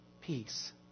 peace